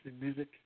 music